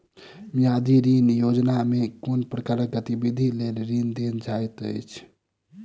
मियादी ऋण योजनामे केँ प्रकारक गतिविधि लेल ऋण देल जाइत अछि